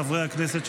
חברי הכנסת,